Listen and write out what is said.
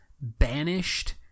banished